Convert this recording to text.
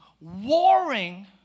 warring